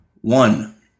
one